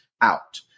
out